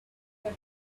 that